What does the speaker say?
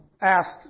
asked